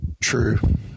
True